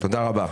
תודה רבה.